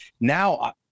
now